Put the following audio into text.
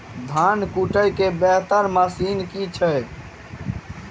धान कुटय केँ बेहतर मशीन केँ छै?